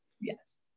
Yes